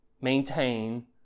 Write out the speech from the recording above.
maintain